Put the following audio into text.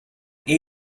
been